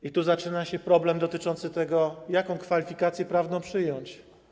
I tu zaczyna się problem dotyczący tego, jaką kwalifikację prawną przyjąć.